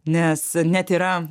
nes net yra